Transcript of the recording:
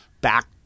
back